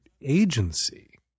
agency